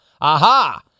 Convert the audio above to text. aha